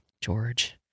George